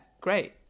great